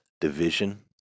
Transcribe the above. division